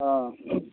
हाँ